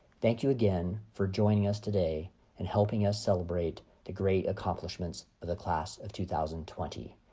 thank you again for joining us today and helping us celebrate the great accomplishments of the class of two thousand twenty.